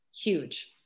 huge